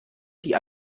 die